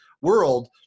world